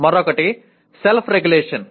మరొకటి సెల్ఫ్ రేగులేషన్